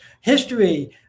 history